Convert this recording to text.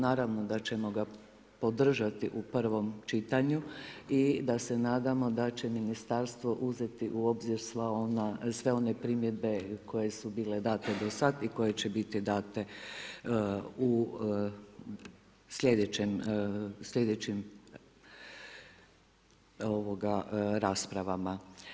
Naravno da ćemo ga podržati u prvom čitanju i da se nadamo da će ministarstvo uzeti u obzir sve one primjedbe koje su bile dane do sada i koje će biti dane u sljedećim raspravama.